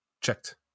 checked